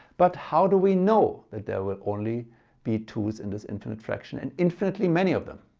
but how do we know that there will only be twos in this infinite fraction and infinitely many of them.